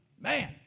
Man